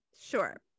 sure